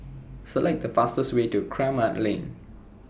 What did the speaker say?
Select The fastest Way to Kramat Lane